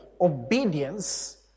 obedience